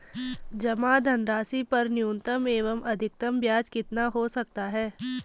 जमा धनराशि पर न्यूनतम एवं अधिकतम ब्याज कितना हो सकता है?